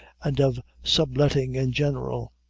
and of sub-letting in general.